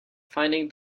finding